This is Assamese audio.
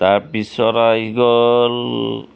তাপিছত আহি গ'ল